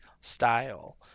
style